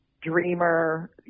dreamer